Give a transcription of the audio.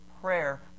prayer